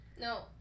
No